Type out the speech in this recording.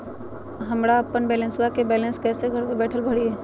हमरा अपन मोबाइलबा के बैलेंस कैसे घर बैठल भरिए?